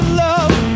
love